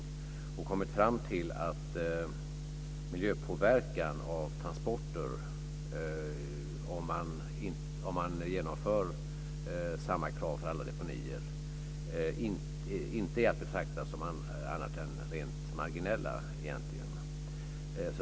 Man har kommit fram till att miljöpåverkan av transporter - om samma krav genomförs för alla deponier - egentligen inte är att betrakta annat än som rent marginell.